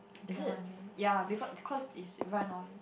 you can what I mean ya bec~ cause it's run on